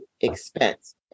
expense